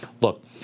Look